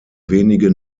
wenige